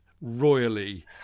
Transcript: Royally